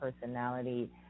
personality